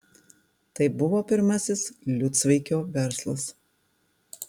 tai buvo pirmasis liucvaikio verslas